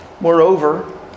Moreover